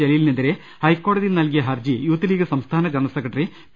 ജലീലിനെ തിരെ ഹൈക്കോടതിയിൽ നൽകിയ ഹർജി യൂത്ത് ലീഗ് സംസ്ഥാന ജനറൽ സെക്രട്ടറി പി